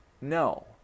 no